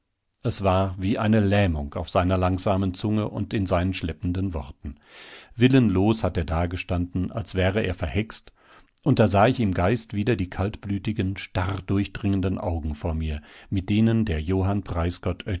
es war wie eine lähmung auf seiner langsamen zunge und in seinen schleppenden worten willenlos hat er dagestanden als wäre er verhext und da sah ich im geist wieder die kaltblütigen starr durchdringenden augen vor mir mit denen der johann